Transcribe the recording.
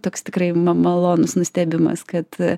toks tikrai ma malonus nustebimas kad